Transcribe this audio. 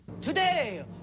Today